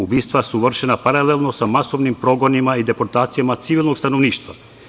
Ubistva su vršena paralelno sa masovnim progonima i deportacijama civilnog stanovništva.